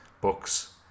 books